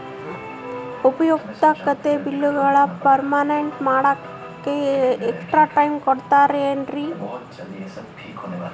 ಉಪಯುಕ್ತತೆ ಬಿಲ್ಲುಗಳ ಪೇಮೆಂಟ್ ಮಾಡ್ಲಿಕ್ಕೆ ಎಕ್ಸ್ಟ್ರಾ ಟೈಮ್ ಕೊಡ್ತೇರಾ ಏನ್ರಿ?